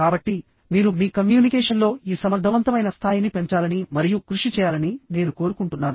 కాబట్టి మీరు మీ కమ్యూనికేషన్లో ఈ సమర్థవంతమైన స్థాయిని పెంచాలని మరియు కృషి చేయాలని నేను కోరుకుంటున్నాను